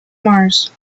mars